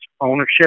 ownership